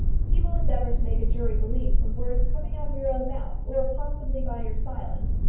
he will endeavour to make a jury believe from words coming out of your own mouth, or possibly by your silence,